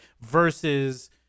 versus